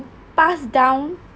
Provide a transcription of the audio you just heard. pass down